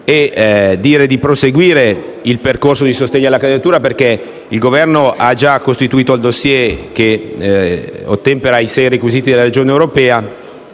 e dire di proseguire il percorso di sostegno alla candidatura perché il Governo ha già costituito il *dossier* che ottempera ai sei requisiti individuati